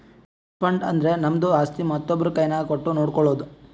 trust fund ಅಂದುರ್ ನಮ್ದು ಆಸ್ತಿ ಮತ್ತೊಬ್ರು ಕೈನಾಗ್ ಕೊಟ್ಟು ನೋಡ್ಕೊಳೋದು